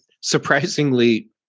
Surprisingly